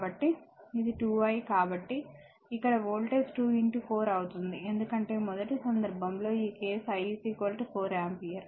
కాబట్టి ఇది 2 I కాబట్టి ఇక్కడ వోల్టేజ్ 2 4 అవుతుంది ఎందుకంటే మొదటి సందర్భంలో ఈ కేసు I 4 ఆంపియర్